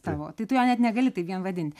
tavo tai tu jo net negali taip vien vadint